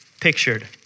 pictured